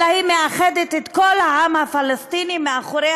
אלא היא מאחדת את כל העם הפלסטיני מאחורי